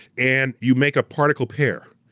and you make a particle pair,